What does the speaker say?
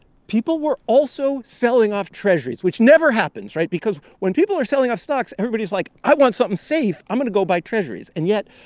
people were also selling off treasurys, which never happens right? because when people are selling off stocks, everybody is like, i want something safe. i'm going to go buy treasurys. and yet,